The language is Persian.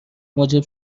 موجب